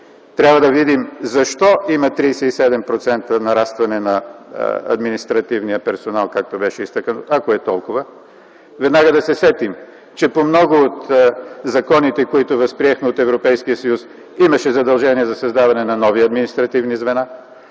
Трябва да видим защо има 37%, ако е толкова, нарастване на администрацитивния персонал, както беше изтъкнато и веднага да се сетим, че по много от законите, които възприехме от Европейския съюз, имаше задължения за създаване на нови административни звена.